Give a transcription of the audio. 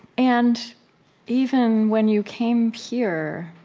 and even when you came here